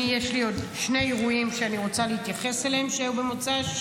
יש שני אירועים שאני רוצה להתייחס אליהם שהיו במוצ"ש,